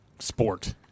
Sport